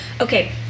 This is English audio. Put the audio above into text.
okay